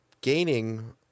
gaining